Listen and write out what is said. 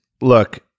look